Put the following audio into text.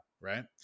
right